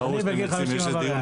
אריאל אלקין, וגם לו מגיע את הכבוד.